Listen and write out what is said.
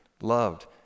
loved